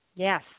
Yes